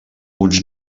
uns